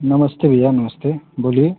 नमस्ते भैया नमस्ते बोलिए